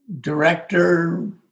director